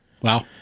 Wow